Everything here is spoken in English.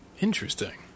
interesting